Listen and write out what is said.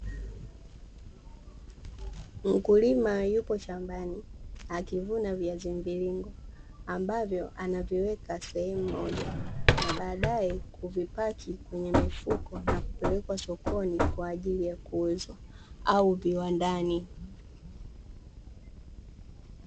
Mkulima yupo shambani akivuna viazi mviringo ambavyo anaviweka sehemu moja, na baadaye kuvipaki kwenye mifuko na kupelekwa sokoni kwaajili ya kuuzwa au viwandani.